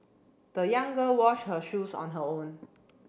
the young girl washed her shoes on her own